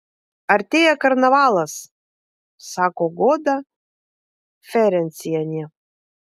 artėja karnavalas sako goda ferencienė